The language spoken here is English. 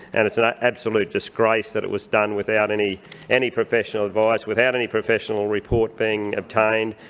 and it's an ah absolute disgrace that it was done without any any professional advice, without any professional report being obtained,